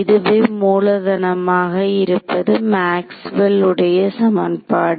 இதுவே மூலதனமாக இருப்பது மேக்ஸ்வெல் Maxwell's உடைய சமன்பாடு